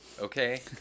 Okay